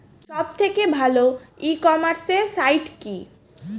সব থেকে ভালো ই কমার্সে সাইট কী?